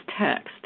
text